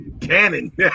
cannon